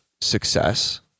success